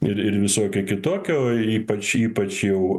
ir ir visokio kitokio ypač ypač jau